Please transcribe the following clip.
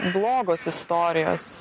blogos istorijos